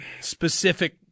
specific